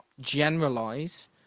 generalize